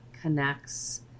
connects